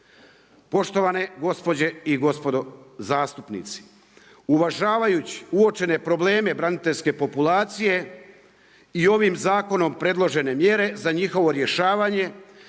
Poštovane gospođe i gospodo zastupnici, uvažavajući uočene probleme braniteljske populacije i ovim zakonom predložene mjere za njihovo rješavanje,